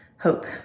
hope